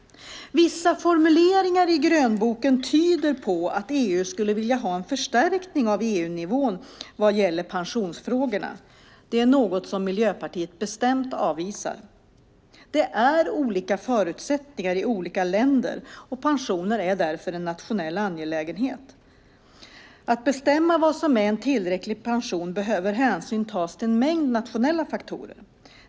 Vissa formuleringar i grönboken tyder på att EU skulle vilja ha en förstärkning av EU-nivån vad gäller pensionsfrågorna. Det är något som Miljöpartiet bestämt avvisar. Det är olika förutsättningar i olika länder, och pensioner är därför en nationell angelägenhet. För att bestämma vad som är en tillräcklig pension behöver hänsyn tas till en mängd nationella faktorer.